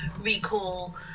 recall